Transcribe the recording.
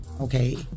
Okay